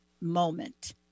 moment